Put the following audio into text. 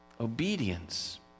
obedience